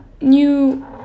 new